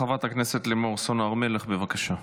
חברת הכנסת לימור סון הר מלך, בבקשה.